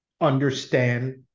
understand